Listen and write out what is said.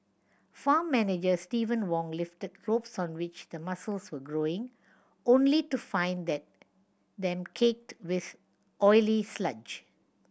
farm manager Steven Wong lifted ropes on which the mussels were growing only to find them caked with oily sludge